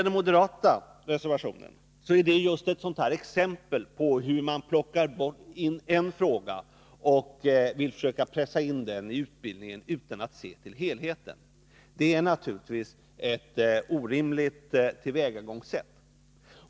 Den moderata reservationen är exempel på just hur man plockar ut en fråga och vill försöka pressa in den i utbildningen utan att se till helheten. Det är naturligtvis ett orimligt tillvägagångssätt.